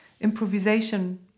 improvisation